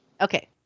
okay